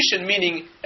meaning